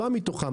בא מתוכם,